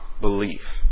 belief